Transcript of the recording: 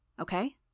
Okay